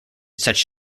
such